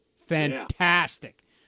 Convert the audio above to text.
Fantastic